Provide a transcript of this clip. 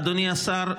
אדוני השר,